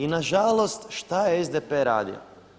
I nažalost šta je SDP radio?